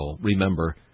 remember